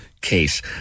case